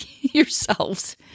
yourselves